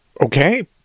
Okay